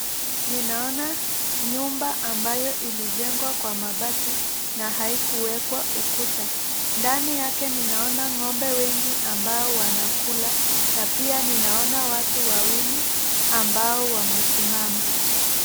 Ninaona nyumba ambayo ilijengwa kwa mabati na haikuwekwa ukuta. Ndani yake ninaona ng'ombe wengi ambao wanakula na pia ninaona watu wawili ambao wamesimama.